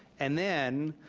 and then,